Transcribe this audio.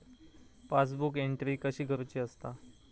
Passbook entry कशी करुची असता?